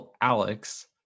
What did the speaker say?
Alex